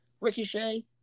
Ricochet